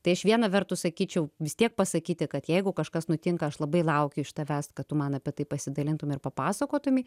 tai aš viena vertus sakyčiau vis tiek pasakyti kad jeigu kažkas nutinka aš labai laukiu iš tavęs kad tu man apie tai pasidalintum ir papasakotumei